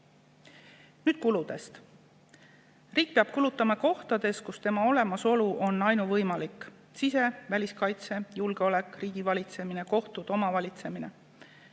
Nüüd kuludest. Riik peab kulutama kohtades, kus tema olemasolu on ainuvõimalik: sise- ja väliskaitse, julgeolek, riigivalitsemine, kohtud, omavalitsemine.